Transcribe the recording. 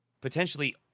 potentially